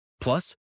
Plus